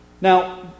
Now